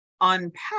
unpack